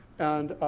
and,